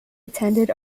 attended